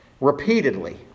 repeatedly